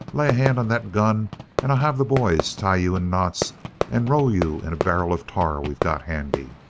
lay a hand on that gun and i'll have the boys tie you in knots and roll you in a barrel of tar we got handy.